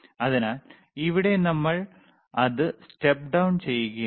അതിനാൽ ഇവിടെ നമ്മൾ അത് സ്റ്റെപ്പ് down ചെയ്യുകയാണ്